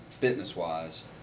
fitness-wise